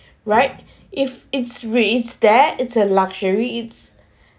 right if it's reads there it's a luxury it's